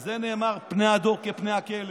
על זה נאמר: פני הדור כפני הכלב.